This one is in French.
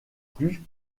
plus